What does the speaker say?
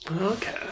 Okay